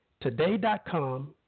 Today.com